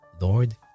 Lord